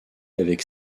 avec